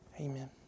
Amen